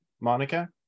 Monica